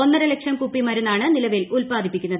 ഒന്നര ലക്ഷം കുപ്പി മരുന്നാണ് നിലവിൽ ഉല്പാദിപ്പിക്കുന്നത്